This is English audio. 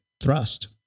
thrust